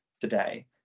today